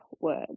words